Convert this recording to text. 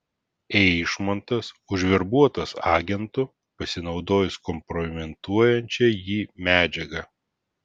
eišmontas užverbuotas agentu pasinaudojus kompromituojančia jį medžiaga